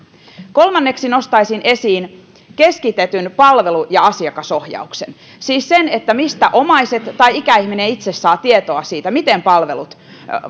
kolmanneksi nostaisin esiin keskitetyn palvelu ja asiakasohjauksen siis sen mistä omaiset ja ikäihminen itse saavat tietoa siitä miten palvelut